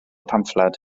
pamffled